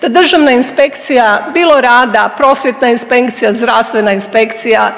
da državna inspekcija bilo rada, prosvjetna inspekcija, zdravstvena inspekcija